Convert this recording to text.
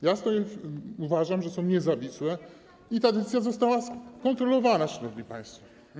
Ja uważam, że są niezawisłe, a ta decyzja została skontrolowana, szanowni państwo.